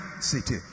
city